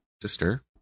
sister